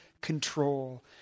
control